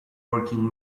working